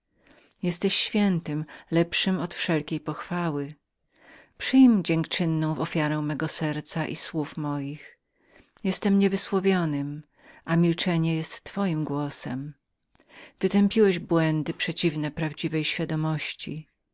jesteś świętym lepszym od wszelkiej pochwały przyjm łaskawie ofiarę mego serca i słów moich jesteś niewysłowionym a milczenie jest twoim głosem wytępiłeś błędy przeciwne prawdziwej świadomości